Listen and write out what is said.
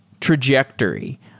trajectory